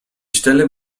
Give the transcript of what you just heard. stelle